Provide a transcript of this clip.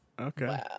Okay